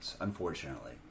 unfortunately